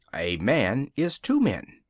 a man is two men,